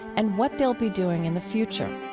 and what they'll be doing in the future